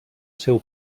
seu